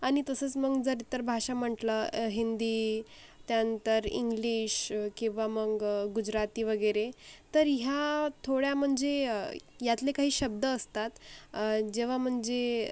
आणि तसंस मग जर इतर भाषा म्हटलं हिंदी त्यानंतर इंग्लिश किंवा मग गुजराती वगैरे तर ह्या थोड्या म्हणजे यातले काही शब्द असतात जेव्हा म्हणजे